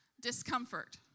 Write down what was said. discomfort